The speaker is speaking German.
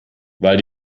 weil